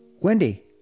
Wendy